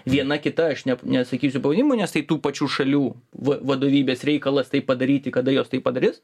viena kita aš ne nesakysiu pavadinimų nes tai tų pačių šalių vadovybės reikalas tai padaryti kada jos tai padarys